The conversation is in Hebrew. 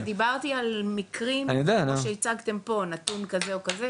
דיברתי עם מקרים כמו שהצגתם פה, נתון כזה, או כזה